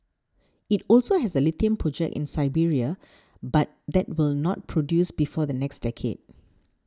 it also has a lithium project in Serbia but that will not produce before the next decade